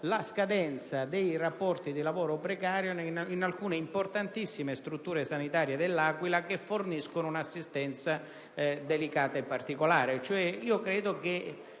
alla scadenza dei rapporti di lavoro precari in alcune importantissime strutture sanitarie dell'Aquila che forniscono un'assistenza delicata e particolare.